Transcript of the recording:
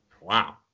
wow